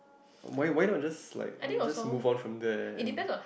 why why not just like just move on from there and